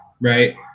right